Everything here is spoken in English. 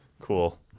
Cool